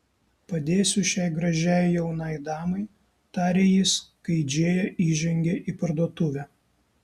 padėsiu šiai gražiai jaunai damai tarė jis kai džėja įžengė į parduotuvę